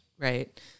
Right